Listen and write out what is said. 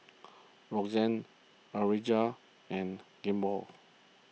Roxane Urijah and Gilmore